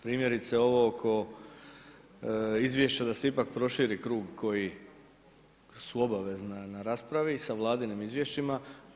Primjerice ovo oko izvješća da se ipak proširi krug koji su obavezna na raspravi sa Vladinim izvješćima.